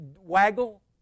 waggle